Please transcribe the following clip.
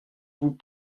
vous